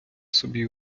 собі